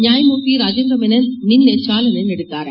ನ್ಹಾಯಮೂರ್ತಿ ರಾಜೇಂದ್ರ ಮೆನನ್ ನಿನ್ನೆ ಚಾಲನೆ ನೀಡಿದ್ದಾರೆ